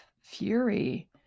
fury